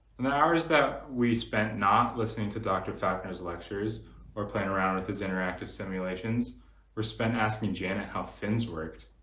and the hours that we spent not listening to doctor falconers lectures or playing around with his interactive simulations were spent asking janet how fins worked.